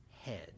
head